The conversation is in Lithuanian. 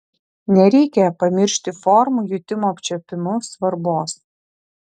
nereikia pamiršti formų jutimo apčiuopimu svarbos